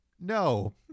no